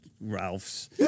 Ralph's